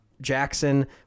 Jackson